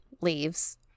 leaves